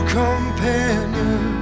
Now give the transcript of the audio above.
companion